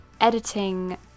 editing